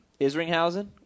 Isringhausen